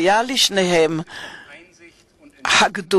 היו לשניהם הגדולה,